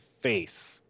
face